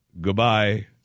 Goodbye